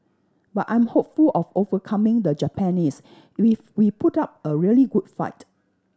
but I'm hopeful of overcoming the Japanese if we put up a really good fight